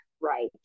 right